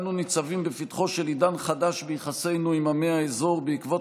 אנו ניצבים בפתחו של עידן חדש ביחסינו עם עמי האזור בעקבות